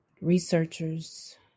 researchers